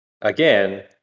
again